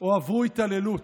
או שעברו התעללות.